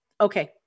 okay